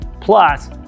Plus